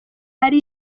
ari